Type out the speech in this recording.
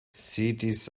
cities